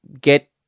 get